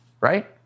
right